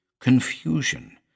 confusion